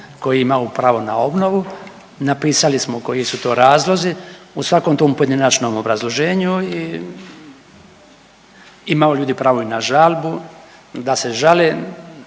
koji imaju pravo na obnovu. Napisali smo koji su to razlozi u svakom tom pojedinačnom obrazloženju i imaju ljudi pravo i na žalbu, da se žale,